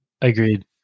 Agreed